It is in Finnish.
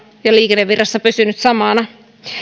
ja liikennevirrassa on pysynyt samana